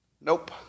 Nope